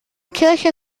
kirche